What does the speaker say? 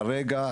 כרגע,